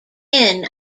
inn